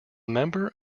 member